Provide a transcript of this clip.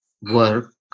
work